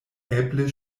eble